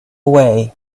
way